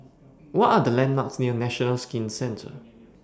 What Are The landmarks near National Skin Centre